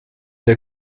der